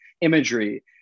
imagery